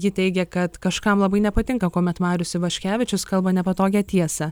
ji teigia kad kažkam labai nepatinka kuomet marius ivaškevičius kalba nepatogią tiesą